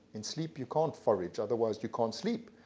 in sleep you can't forage, otherwise you can't sleep.